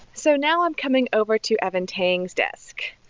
so now i'm coming over to evan tang's desk.